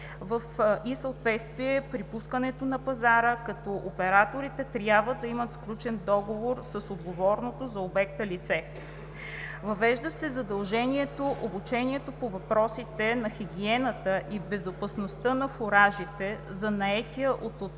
и съответствие при пускане на пазара, като операторите трябва да имат сключен договор с отговорното за обекта лице. Въвежда се задължително обучение по въпросите на хигиената и безопасността на фуражите за наетия от операторите